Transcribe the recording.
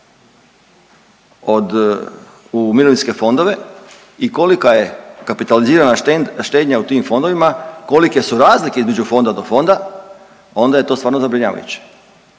u mirovinske fondove i kolika je kapitalizirana štednja u tim fondovima, kolike su razlike između fonda do fonda, onda je to stvarno zabrinjavajuće.